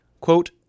Quote